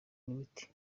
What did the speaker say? n’imiti